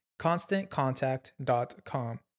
ConstantContact.com